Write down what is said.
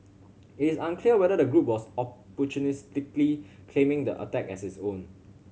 it is unclear whether the group was opportunistically claiming the attack as its own